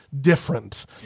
different